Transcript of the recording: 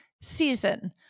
season